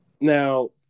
Now